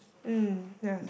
um ya